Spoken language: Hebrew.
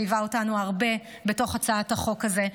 שליווה אותנו הרבה בתוך הצעת החוק הזאת,